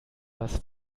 bass